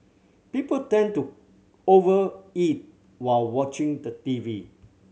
people tend to over eat while watching the T V